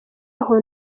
aho